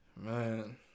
Man